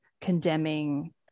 condemning